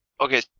Okay